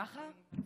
ככה?